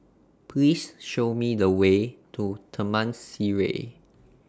Please Show Me The Way to Taman Sireh